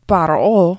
Par'o